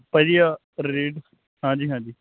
ਭਾਅ ਜੀ ਰੇ ਹਾਂਜੀ ਹਾਂਜੀ